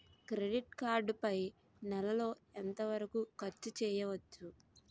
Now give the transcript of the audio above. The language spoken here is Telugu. క్రెడిట్ కార్డ్ పై నెల లో ఎంత వరకూ ఖర్చు చేయవచ్చు?